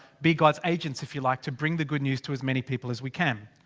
be god's agents, if you like, to bring the good news to as many people as we can.